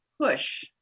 push